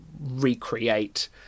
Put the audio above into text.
recreate